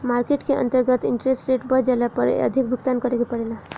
market के अंतर्गत interest rate बढ़ जाला पर अधिक भुगतान करे के पड़ेला